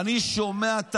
אני שומע את